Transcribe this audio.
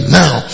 now